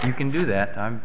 you can do that i'm